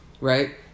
right